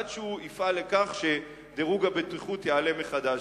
עד שדירוג הבטיחות יעלה מחדש.